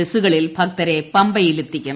ബസ്സുകളിൽ ഭക്തരെ പമ്പയിലെത്തിക്കും